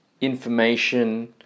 information